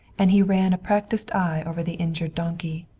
and he ran a practiced eye over the injured donkey.